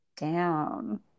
Down